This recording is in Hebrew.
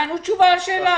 תענו תשובה לשאלה.